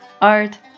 art